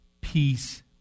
peace